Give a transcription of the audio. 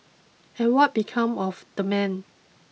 and what become of the man